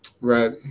Right